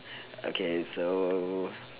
okay so